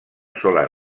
sola